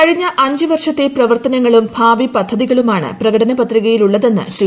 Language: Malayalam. കഴിഞ്ഞ് അഞ്ച് വർഷത്തെ പ്രവർത്തനങ്ങളും ഭാവി പദ്ധതികളുമാണ് പ്രകടന പത്രികയിലുള്ളതെന്ന് ശ്രീ